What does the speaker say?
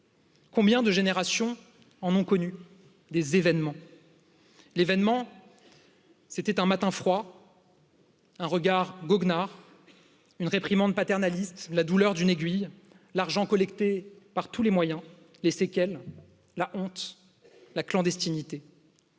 Combien de générations en ont connu des événements, l'événement c'était un matin froid Un regard goguenard, une réprimande paternaliste, la douleur d'une aiguille, l'argent collecté par tous les moyens, les séquelles, la honte, la clandestinité.